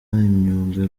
imyuga